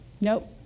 Nope